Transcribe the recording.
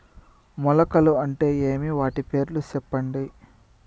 మొలకలు అంటే ఏమి? వాటి పేర్లు సెప్పండి?